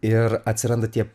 ir atsiranda tie